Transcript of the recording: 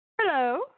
Hello